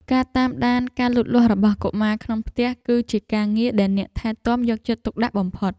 ការតាមដានការលូតលាស់របស់កុមារក្នុងផ្ទះ គឺជាការងារដែលអ្នកថែទាំយកចិត្តទុកដាក់បំផុត។